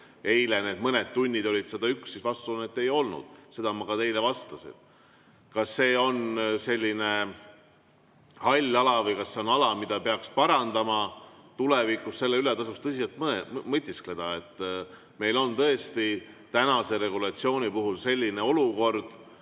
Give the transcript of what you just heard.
eile need mõned tunnid oli 101, siis vastus on, et ei olnud. Seda ma ka teile vastasin. Kas see on selline hall ala või kas see on ala, mida peaks parandama tulevikus, selle üle tasub tõsiselt mõtiskleda. Meil on tõesti tänase regulatsiooni puhul selline olukord,